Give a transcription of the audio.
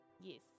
Yes